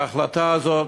ההחלטה הזאת,